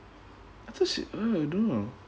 I thought she ah I don't know uh